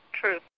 True